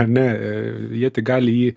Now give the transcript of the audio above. ar ne jie tik gali jį